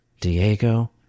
Diego